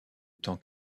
temps